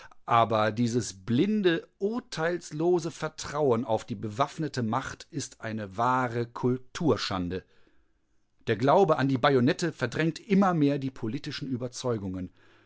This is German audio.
aber dieses blinde urteilslose vertrauen auf die bewaffnete macht ist eine wahre kulturschande der glaube an die bajonette verdrängt immer mehr die politischen überzeugungen